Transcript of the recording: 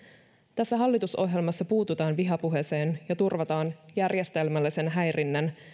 tässä hallitusohjelmassa puututaan vihapuheeseen ja turvataan järjestelmällisen häirinnän